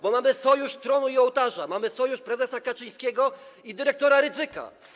Bo mamy sojusz tronu i ołtarza, mamy sojusz prezesa Kaczyńskiego i dyrektora Rydzyka.